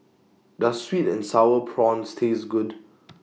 Does Sweet and Sour Prawns Taste Good